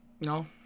no